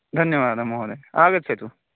धन्यवादः महोदयः आगच्छतु